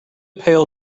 pail